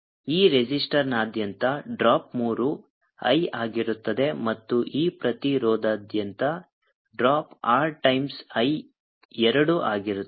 ಈ ರೆಸಿಸ್ಟರ್ನಾದ್ಯಂತ ಡ್ರಾಪ್ ಮೂರು I ಆಗಿರುತ್ತದೆ ಮತ್ತು ಈ ಪ್ರತಿರೋಧದಾದ್ಯಂತ ಡ್ರಾಪ್ R ಟೈಮ್ಸ್ I ಎರಡು ಆಗಿರುತ್ತದೆ